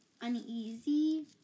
uneasy